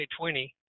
2020